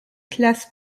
classes